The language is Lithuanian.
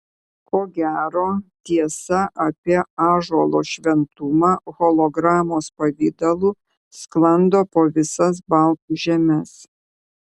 ko gero tiesa apie ąžuolo šventumą hologramos pavidalu sklando po visas baltų žemes